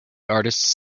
artists